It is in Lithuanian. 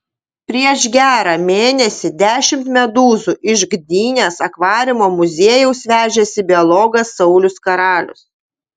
prieš gerą mėnesį dešimt medūzų iš gdynės akvariumo muziejaus vežėsi biologas saulius karalius